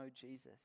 Jesus